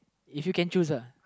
if you can choose uh